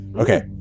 Okay